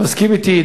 אתה מסכים אתי,